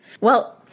Well-